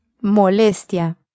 Molestia